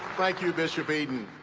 like you bishop eaton.